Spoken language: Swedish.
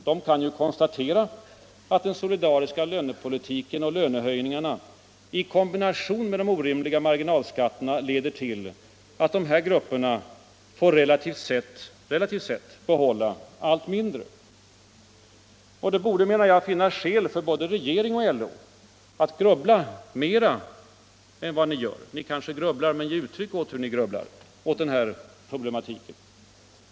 De kan ju konstatera att den solidariska lönepolitiken och lönehöjningarna i kombination med de orimliga marginalskatterna leder till att de relativt sett får behålla allt mindre. Det borde, menar jag, finnas skäl för både regering och LO att grubbla mer över den här problematiken. Ni kanske grubblar, men ge uttryck åt hur ni grubblar!